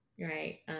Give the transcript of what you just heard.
right